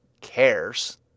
cares